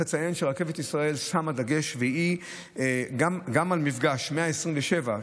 באופן כללי צריך לציין שרכבת ישראל שמה דגש גם על מפגש 127,